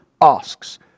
asks